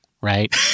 Right